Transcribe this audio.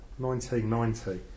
1990